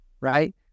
Right